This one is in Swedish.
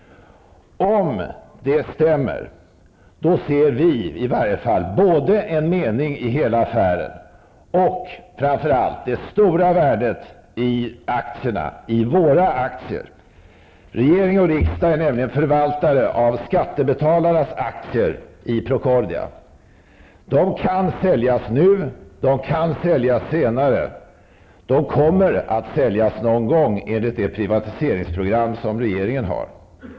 Om detta stämmer ser vi både en mening med hela affären och framför allt det stora värdet i våra aktier. Regering och riksdag är nämligen förvaltare av skattebetalarnas aktier i Procordia. Dessa aktier kan säljas nu, men de kan också säljas senare. Enligt regeringens privatiseringsprogram kommer de att säljas någon gång.